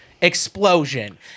explosion